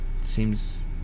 seems